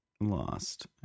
lost